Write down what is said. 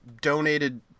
donated